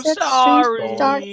sorry